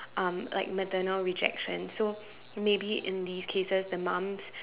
um like maternal rejection so maybe in these cases the mum